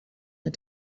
had